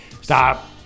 Stop